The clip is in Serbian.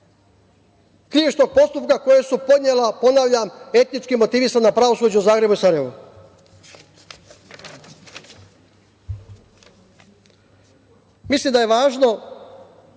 krivičnog postupka koje su podnela, ponavljam, etnički motivisana pravosuđa u Zagrebu i Sarajevu. Mislim da je važno